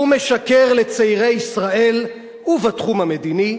הוא משקר לצעירי ישראל, ובתחום המדיני,